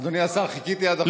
אדוני השר, חיכיתי עד עכשיו.